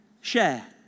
share